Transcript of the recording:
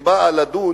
שבאה לדון